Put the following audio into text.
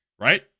right